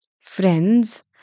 Friends